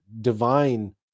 divine